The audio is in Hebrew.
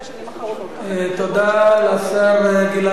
תודה לשר גלעד ארדן.